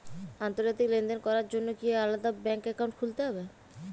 আন্তর্জাতিক লেনদেন করার জন্য কি আলাদা ব্যাংক অ্যাকাউন্ট খুলতে হবে?